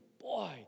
boy